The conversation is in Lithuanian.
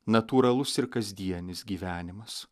natūralus ir kasdienis gyvenimas